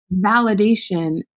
validation